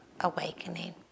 awakening